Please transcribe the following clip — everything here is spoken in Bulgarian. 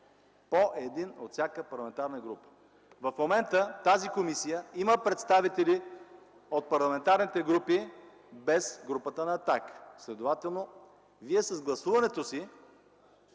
По един от всяка парламентарна група! В момента тази комисия има представители от парламентарните групи, без групата на „Атака”. Следователно вие с гласуването си